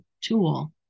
tool